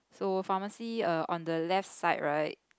so pharmacy err on the left side right